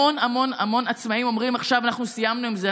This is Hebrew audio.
המון המון המון עצמאים אומרים עכשיו: אנחנו סיימנו עם זה.